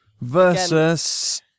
Versus